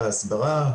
בהסברה,